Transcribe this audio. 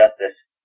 Justice